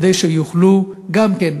כדי שיוכלו גם כן,